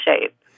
shape